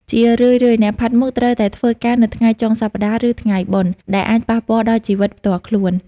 ជារឿយៗអ្នកផាត់មុខត្រូវតែធ្វើការនៅថ្ងៃចុងសប្តាហ៍ ឬថ្ងៃបុណ្យ ដែលអាចប៉ះពាល់ដល់ជីវិតផ្ទាល់ខ្លួន។